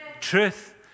truth